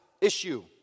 issue